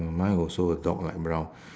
mm mine also a dog light brown